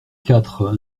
quatre